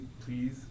please